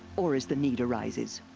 or as the need arises.